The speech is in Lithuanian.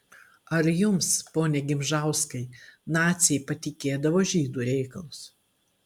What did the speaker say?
ar jums pone gimžauskai naciai patikėdavo žydų reikalus